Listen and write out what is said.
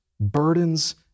burdens